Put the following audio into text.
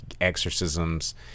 exorcisms